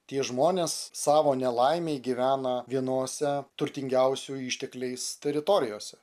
tie žmonės savo nelaimei gyvena vienose turtingiausių ištekliais teritorijose